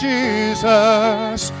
Jesus